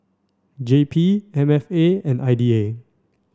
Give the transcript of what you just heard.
J P M F A and I D A